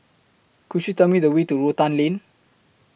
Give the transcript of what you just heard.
Could YOU Tell Me The Way to Rotan Lane